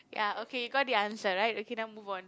ya okay you got the answer right okay now move on